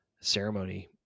ceremony